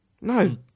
No